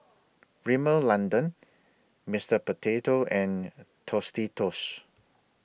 Rimmel London Mister Potato and Tostitos